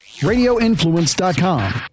Radioinfluence.com